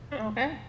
okay